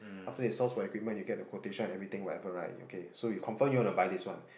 after they source for equipment you get the quotation everything whatever right okay so you confirm you want to buy this one